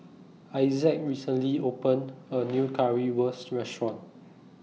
Isaak recently opened A New Currywurst Restaurant